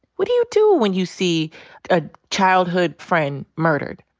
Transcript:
what do you do when you see a childhood friend murdered?